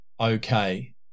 okay